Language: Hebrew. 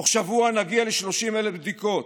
בתוך שבוע נגיע ל-30,000 בדיקות,